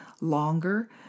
longer